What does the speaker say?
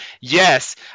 Yes